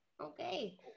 okay